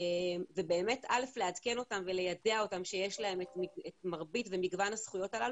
ובאמת לעדכן אותם וליידע אותם שיש להם את מרבית ומגוון הזכויות הללו,